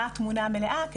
מה התמונה המלאה,